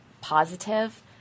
positive